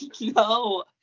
no